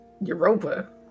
Europa